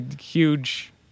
huge